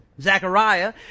Zechariah